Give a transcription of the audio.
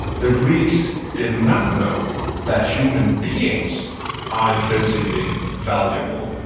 the greeks did not know that human beings are intrinsically valuable,